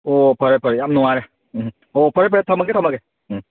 ꯑꯣ ꯐꯔꯦ ꯐꯔꯦ ꯌꯥꯝ ꯅꯨꯡꯉꯥꯏꯔꯦ ꯎꯝ ꯑꯣ ꯐꯔꯦ ꯐꯔꯦ ꯊꯝꯃꯒꯦ ꯊꯝꯃꯒꯦ ꯎꯝ